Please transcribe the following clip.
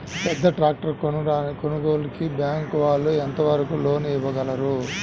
పెద్ద ట్రాక్టర్ కొనుగోలుకి బ్యాంకు వాళ్ళు ఎంత వరకు లోన్ ఇవ్వగలరు?